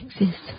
exist